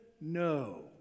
No